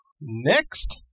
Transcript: Next